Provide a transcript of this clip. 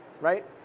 right